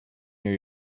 new